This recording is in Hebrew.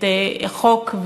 את החוק,